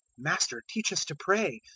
master, teach us to pray,